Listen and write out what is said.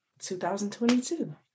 2022